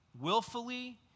willfully